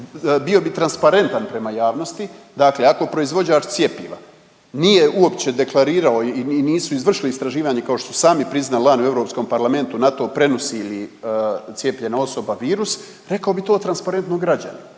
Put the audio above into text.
Bio bi transparentan prema javnosti, dakle ako proizvođač cjepiva nije uopće deklarirao i nisu izvršili istraživanje, kao što su sami priznali lani u Europskom parlamentu, na to prenosi li cijepljena osoba virus, rekao bi to transparentno građanima,